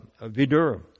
Vidura